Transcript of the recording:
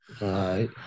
right